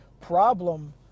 problem